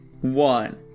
one